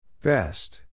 Best